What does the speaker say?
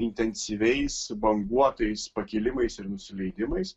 intensyviais banguotais pakilimais ir nusileidimais